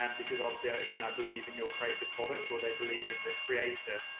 um because obviously i like and i believe in your creative product or they believe in the creator.